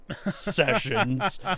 sessions